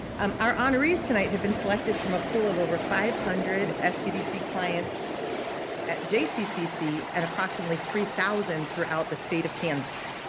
um our honorees tonight have been selected from a pool of over five hundred sbdc clients at jccc and approximately three thousand throughout the state of kansas.